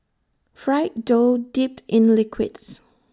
fried dough dipped in liquids